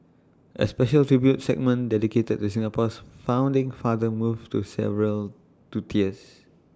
A special tribute segment dedicated to Singapore's founding father moved to several to tears